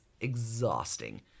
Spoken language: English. exhausting